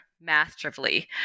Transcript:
masterfully